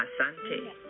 Asante